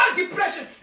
depression